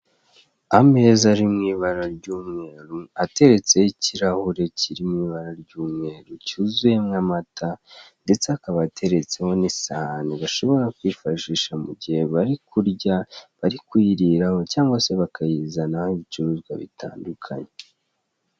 Ameza ari mu ibara ry'umweru, ateretseho ikirahure kiri mu ibara ry'umweru, cyuzuyemo amata, ndetse akaba ateretseho n'isahani bashobora kwifashisha mu gihe bari kurya, bari kuyiriraho, cyangwa se bakayizanaho ibicuruzwa bitandukanye.